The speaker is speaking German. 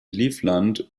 livland